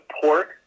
support